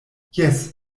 jes